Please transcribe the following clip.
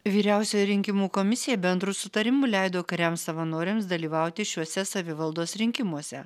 vyriausioji rinkimų komisija bendru sutarimu leido kariams savanoriams dalyvauti šiuose savivaldos rinkimuose